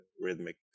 rhythmic